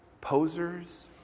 posers